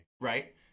right